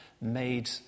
made